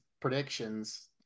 predictions